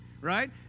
right